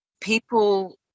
people